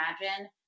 imagine